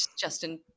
Justin